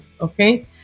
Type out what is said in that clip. Okay